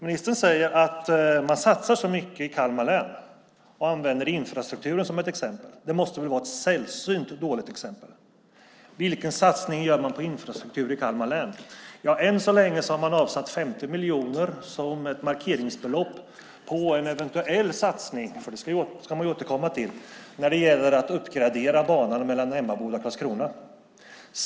Ministern säger att man satsar så mycket i Kalmar län och använder infrastrukturen som ett exempel. Det måste vara ett sällsynt dåligt exempel. Vilken satsning gör man på infrastruktur i Kalmar län? Ja, än så länge har man avsatt 50 miljoner som ett markeringsbelopp på en eventuell satsning - för den ska man återkomma till - på att uppgradera banan Emmaboda-Karlskrona.